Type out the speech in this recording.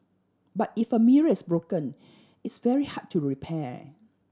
but if a mirror is broken it's very hard to repair